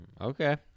Okay